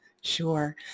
Sure